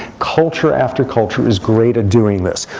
culture after culture is great at doing this.